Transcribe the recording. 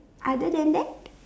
other than that